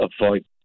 avoid